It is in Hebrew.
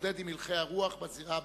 להתמודד עם הלכי הרוח בזירה הבין-לאומית.